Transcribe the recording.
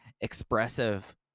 expressive